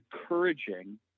encouraging